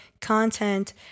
content